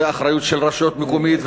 והאחריות של רשויות מקומיות,